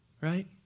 Right